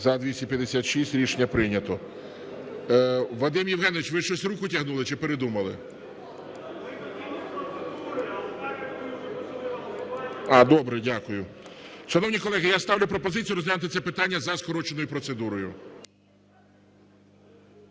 За-256 Рішення прийнято. Вадим Євгенович, ви щось руку тягнули, чи передумали? Добре. Дякую. Шановні колеги, я ставлю пропозицію розглянути це питання за скороченою процедурою.